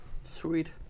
sweet